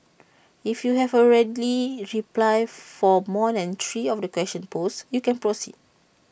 if you have A ready reply for more than three of the questions posed you can proceed